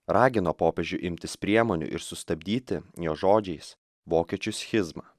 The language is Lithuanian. ragino popiežių imtis priemonių ir sustabdyti jo žodžiais vokiečių schizmą